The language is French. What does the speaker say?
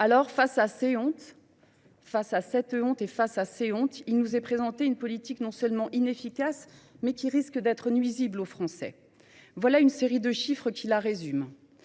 Or, face à ces hontes, il nous est présenté une politique non seulement inefficace, mais également nocive pour les Français. Voici une série de chiffres qui la résume.